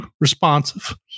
responsive